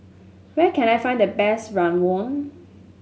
where can I find the best rawon